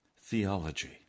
theology